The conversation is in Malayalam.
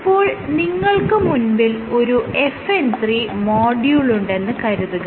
ഇപ്പോൾ നിങ്ങൾക്ക് മുൻപിൽ ഒരു FN 3 മോഡ്യൂൾ ഉണ്ടെന്ന് കരുതുക